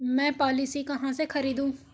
मैं पॉलिसी कहाँ से खरीदूं?